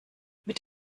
mit